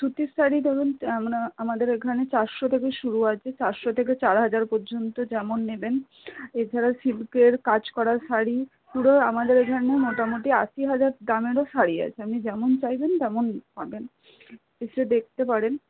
সুতির শাড়ি ধরুন আমাদের এখানে চারশো থেকে শুরু আছে চারশো থেকে চার হাজার পর্যন্ত যেমন নেবেন এছাড়াও সিল্কের কাজ করা শাড়ি ধরুন আমাদের এখানে মোটামুটি আশি হাজার দামেরও শাড়ি আছে আপনি যেমন চাইবেন তেমন পাবেন এসে দেখতে পারেন